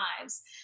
lives